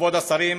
כבוד השרים,